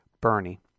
Bernie